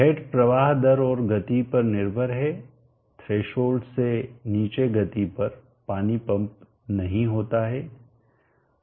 head प्रवाह दर और गति पर निर्भर है थ्रेशोल्ड से नीचे गति पर पानी पंप नहीं होता है